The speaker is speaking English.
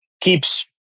keeps